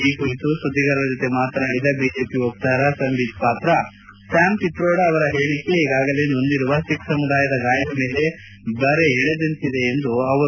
ಈ ಕುರಿತು ಸುದ್ಗಿಗಾರರ ಜೊತೆ ಮಾತನಾಡಿದ ಬಿಜೆಪಿ ವಕ್ತಾರ ಸಂಬಿತ್ ಪಾತ್ರಾ ಸ್ಥಾಮ್ ಪಿತ್ರೋಡಾ ಅವರ ಹೇಳಿಕೆ ಈಗಾಗಲೇ ನೊಂದಿರುವ ಸಿಖ್ ಸಮುದಾಯದ ಗಾಯದ ಮೇಲೆ ಬರೆ ಎಳೆದಂತಿದೆ ಎಂದರು